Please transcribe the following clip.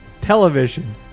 television